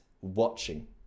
watching